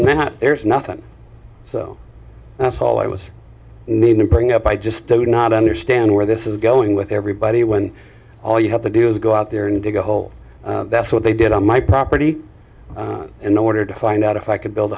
of the there's nothing so that's all i was need to bring up i just could not understand where this is going with everybody when all you have to do is go out there and dig a hole that's what they did on my property in order to find out if i could build